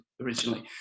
originally